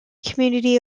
community